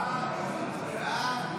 סעיפים 1 7